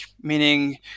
meaning